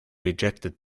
rejected